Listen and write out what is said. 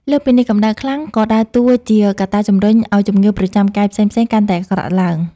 លើសពីនេះ កម្ដៅខ្លាំងក៏ដើរតួជាកត្តាជម្រុញឱ្យជំងឺប្រចាំកាយផ្សេងៗកាន់តែអាក្រក់ឡើង។